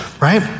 right